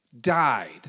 died